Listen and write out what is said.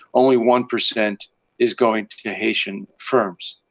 only one percent is going to to haitian firms.